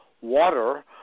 water